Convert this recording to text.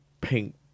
pink